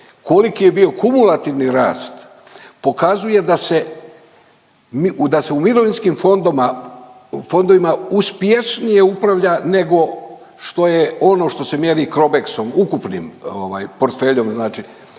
koliki je bio kumulativni rast pokazuje da se, da se u mirovinskim fondovima uspješnije upravlja nego što je ono što se mjeri Crobexom ukupnim ovaj portfeljom